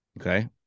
Okay